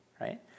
right